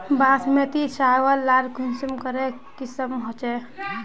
बासमती चावल लार कुंसम करे किसम होचए?